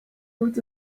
what